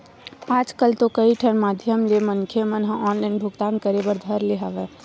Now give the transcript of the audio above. आजकल तो कई ठन माधियम ले मनखे मन ह ऑनलाइन भुगतान करे बर धर ले हवय